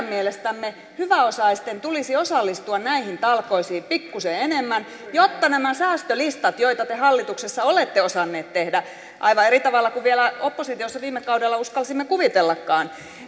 mielestämme hyväosaisten tulisi osallistua näihin talkoisiin pikkuisen enemmän jotta nämä säästölistat joita te hallituksessa olette osanneet tehdä aivan eri tavalla kuin vielä oppositiossa ollessanne viime kaudella uskalsimme kuvitellakaan